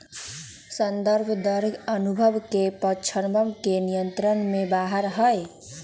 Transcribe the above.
संदर्भ दर अनुबंध के पक्षवन के नियंत्रण से बाहर हई